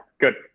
good